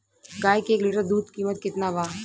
गाय के एक लीटर दूध कीमत केतना बा?